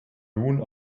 nun